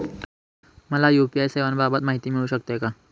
मला यू.पी.आय सेवांबाबत माहिती मिळू शकते का?